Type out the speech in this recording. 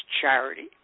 charity